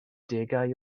degau